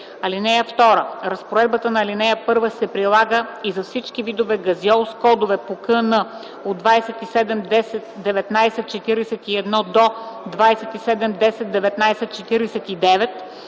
ал. 3: „(2) Разпоредбата на ал. 1 се прилага и за всички видове газьол с кодове по КН от 2710 19 41 до 2710 19 49,